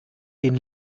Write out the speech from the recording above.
den